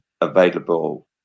available